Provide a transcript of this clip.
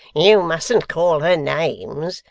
you mustn't call her names.